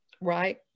right